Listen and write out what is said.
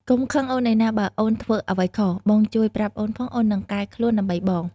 កុំខឹងអូនអីណា បើអូនធ្វើអ្វីខុស បងជួយប្រាប់អូនផង អូននឹងកែខ្លួនដើម្បីបង។